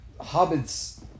Hobbit's